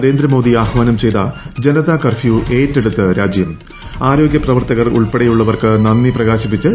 നരേന്ദ്രമോദി ആഹ്വാനം ചെയ്ത ജനത കർഫ്യൂ ഏറ്റെടുത്ത് രാജ്യം ആരോഗ്യ പ്രവർത്തകർ ഉൾപ്പെടെയുള്ളവർക്ക് നന്ദി പ്ലൂകാശിപ്പിച്ച് ജനങ്ങൾ